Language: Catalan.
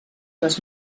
les